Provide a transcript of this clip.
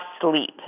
sleep